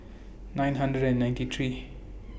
nine hundred and ninety three